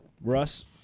Russ